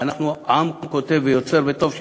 אנחנו עם כותב ויוצר, וטוב שכך.